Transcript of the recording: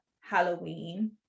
Halloween